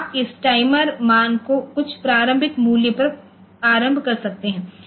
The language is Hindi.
तो आप इस टाइमर मान को कुछ प्रारंभिक मूल्य पर आरंभ कर सकते हैं